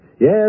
Yes